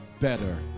better